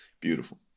beautiful